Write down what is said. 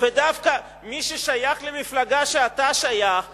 ודווקא מי ששייך למפלגה שאתה שייך לה,